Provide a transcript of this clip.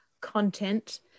content